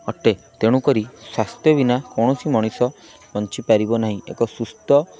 ଅଟେ ତେଣୁକରି ସ୍ୱାସ୍ଥ୍ୟ ବିନା କୌଣସି ମଣିଷ ବଞ୍ଚିପାରିବ ନାହିଁ ଏକ ସୁସ୍ଥ